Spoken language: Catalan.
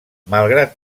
malgrat